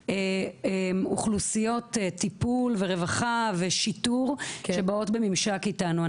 אוכלוסיות טיפול ורווחה ושיטור שבאות בממשק איתנו.